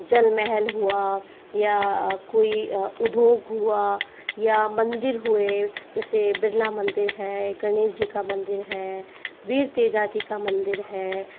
जल महल हुआ या कोई उद्योग हुआ या मंदिर हुए जैसे बिरला मंदिर है गणेश जी का मंदिर है वीर तेजाजी का मंदिर है